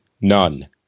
None